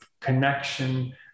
connection